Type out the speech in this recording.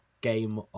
game